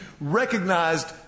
recognized